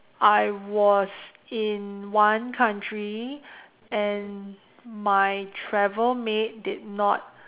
I was in one country and my travel mate did not